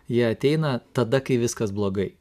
jie ateina tada kai viskas blogai